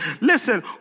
Listen